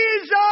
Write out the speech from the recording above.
Jesus